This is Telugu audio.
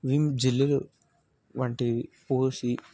విమ్ జెల్లు వంటివి పోసి